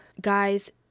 Guys